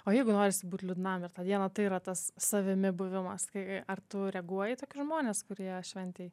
o jeigu norisi būt liūdnam ir tą dieną tai yra tas savimi buvimas tai ar tu reaguoji į tokius žmones kurie šventėj